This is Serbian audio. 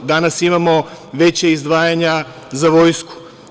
Danas imamo veća izdvajanja za vojsku.